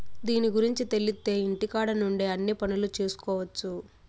దీని గురుంచి తెలిత్తే ఇంటికాడ నుండే అన్ని పనులు చేసుకొవచ్చు